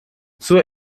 zur